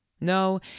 No